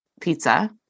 Pizza